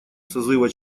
созыва